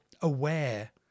aware